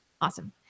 Awesome